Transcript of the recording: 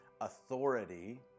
authority